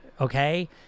okay